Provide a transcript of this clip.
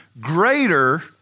greater